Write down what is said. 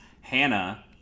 Hannah